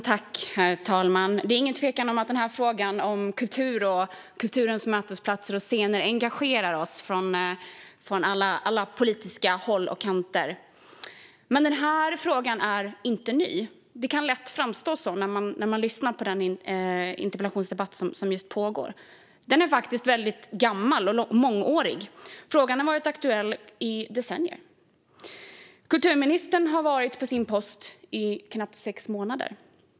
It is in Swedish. Herr talman! Det är ingen tvekan om att frågan om kultur och kulturens mötesplatser och scener engagerar oss från alla politiska håll och kanter. Men denna fråga är inte ny. Det kan lätt framstå så när man lyssnar på interpellationsdebatten som pågår, men den är gammal och mångårig. Frågan har varit aktuell i decennier. Kulturministern har varit på sin post i knappt sex månader.